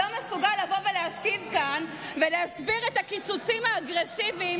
לא מסוגל לבוא ולהשיב כאן ולהסביר את הקיצוצים האגרסיביים